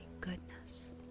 goodness